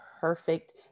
perfect